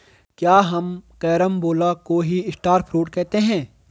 क्या हम कैरम्बोला को ही स्टार फ्रूट कहते हैं?